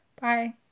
bye